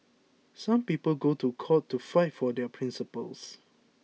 some people go to court to fight for their principles